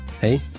hey